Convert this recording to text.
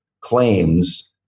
claims